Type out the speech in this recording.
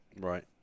Right